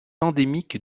endémique